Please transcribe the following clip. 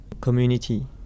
community